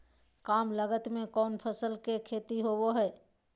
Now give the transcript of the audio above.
काम लागत में कौन फसल के खेती होबो हाय?